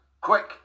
quick